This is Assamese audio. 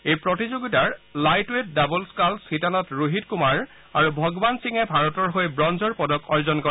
এই প্ৰতিযোগিতাৰ লাইটৱেইট ডাবল স্বালচ্ শিতানত ৰোহিত কূমাৰ আৰু ভগৱান সিঙে ভাৰতৰ হৈ ব্ৰঞ্জৰ পদক অৰ্জন কৰে